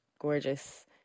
Gorgeous